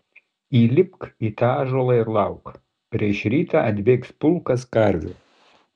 įlipk į tą ąžuolą ir lauk prieš rytą atbėgs pulkas karvių